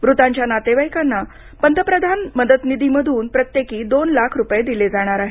मृतांच्या नातेवाईकांना पंतप्रधान मदतनिधीमधून प्रत्येकी दोन लाख दिले जाणार आहेत